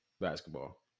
Basketball